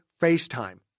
FaceTime